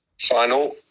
final